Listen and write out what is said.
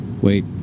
Wait